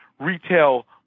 retail